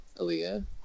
Aaliyah